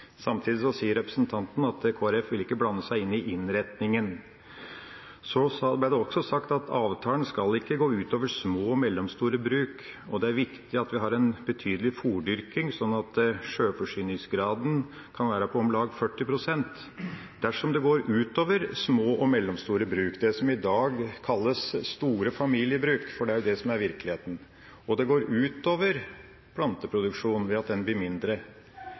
innretningen. Så ble det også sagt at avtalen skal ikke gå ut over små og mellomstore bruk, og det er viktig at vi har en betydelig fôrdyrking slik at sjølforsyningsgraden kan være på om lag 40 pst. Men dersom det går ut over små og mellomstore bruk – det som i dag kalles store familiebruk, for det er det som er virkeligheten – og det går ut over planteproduksjonen ved at den blir mindre,